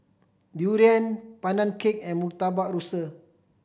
durian Pandan Cake and Murtabak Rusa